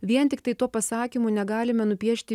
vien tiktai tuo pasakymu negalime nupiešti